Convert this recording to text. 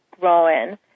growing